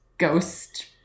ghost